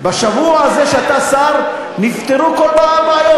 בשבוע הזה שאתה שר נפתרו כל הבעיות,